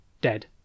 dead